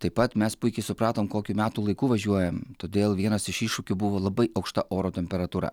taip pat mes puikiai supratom kokiu metų laiku važiuojam todėl vienas iš iššūkių buvo labai aukšta oro temperatūra